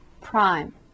prime